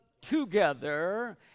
together